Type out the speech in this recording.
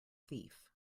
thief